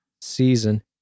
season